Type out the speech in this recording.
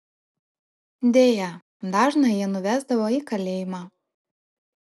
deja dažną jie nuvesdavo į kalėjimą